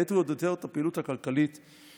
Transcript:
האטו עוד יותר את הפעילות הכלכלית וכו'.